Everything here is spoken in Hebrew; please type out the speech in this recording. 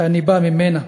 שאני בא ממנה,